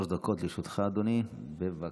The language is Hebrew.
שלוש דקות לרשותך, אדוני, בבקשה.